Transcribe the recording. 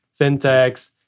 fintechs